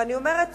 ואני אומרת,